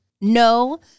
no